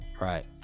Right